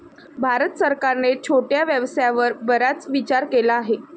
भारत सरकारने छोट्या व्यवसायावर बराच विचार केला आहे